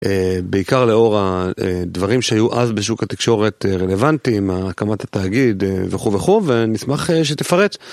בעיקר לאור הדברים שהיו אז בשוק התקשורת רלוונטיים, הקמת התאגיד וכו' וכו', ונשמח שתפרט.